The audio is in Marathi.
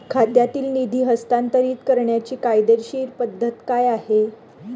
खात्यातील निधी हस्तांतर करण्याची कायदेशीर पद्धत काय आहे?